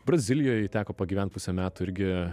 brazilijoj teko pagyvent pusę metų irgi